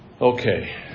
Okay